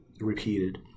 repeated